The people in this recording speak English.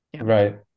Right